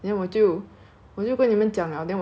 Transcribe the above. cause we all scared that the